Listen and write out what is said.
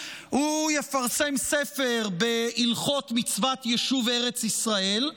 הוא יפרסם ספר בהלכות מצוות יישוב ארץ ישראל,